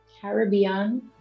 caribbean